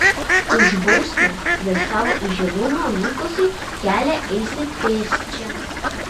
už bausmę dėl savo įžūlumo likusį kelią eisi pėsčia